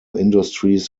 industries